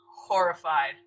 horrified